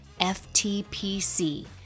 FTPC